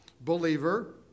believer